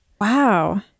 Wow